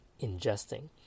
ingesting